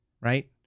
right